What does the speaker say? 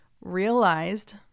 realized